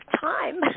time